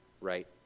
right